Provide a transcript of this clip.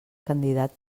candidat